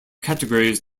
categories